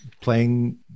playing